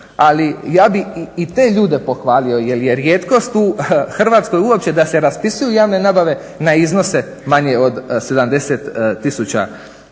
Ali ja bih i te ljude pohvalio jer je rijetkost u Hrvatskoj uopće da se raspisuju javne nabave na iznose manje od 70